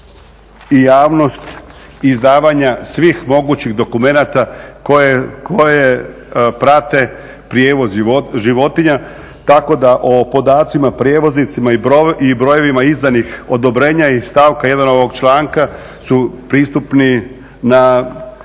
i javnost izdavanja svih mogućih dokumenata koje prate prijevoz životinja. Tako da o podacima, prijevoznicima i brojevima izdanih odobrenja iz stavka 1. ovog članka su pristupni na